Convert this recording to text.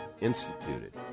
instituted